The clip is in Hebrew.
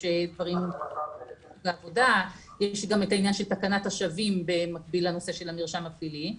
יש גם עניין של תקנת השבים במקביל לנושא של המרשם הפלילי.